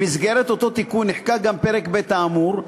במסגרת אותו תיקון נחקק גם פרק ב' האמור,